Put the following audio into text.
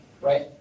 right